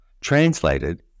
Translated